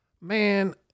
Man